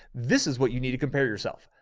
this is what you need to compare yourself,